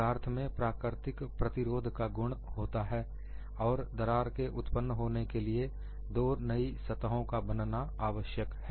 पदार्थ में प्राकृतिक प्रतिरोध का गुण होता है और दरार के उत्पन्न होने के लिए दो नई सतहों का बनना आवश्यक है